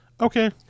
Okay